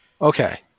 Okay